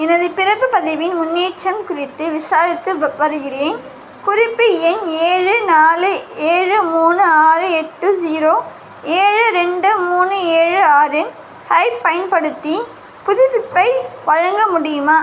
எனது பிறப்பு பதிவின் முன்னேற்றம் குறித்து விசாரித்து வ வருகிறேன் குறிப்பு எண் ஏழு நாலு ஏழு மூணு ஆறு எட்டு ஜீரோ ஏழு ரெண்டு மூணு ஏழு ஆறு ஐப் பயன்படுத்தி புதுப்பிப்பை வழங்க முடியுமா